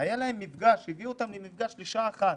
היה להם מפגש, הביאו אותם למפגש לשעה אחת,